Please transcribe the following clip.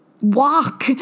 walk